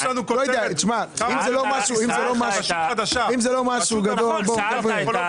תשמע, אם זה לא משהו גדול, בוא, דבר.